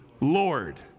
Lord